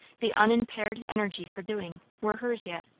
the unimpaired energy for doing, were hers yet.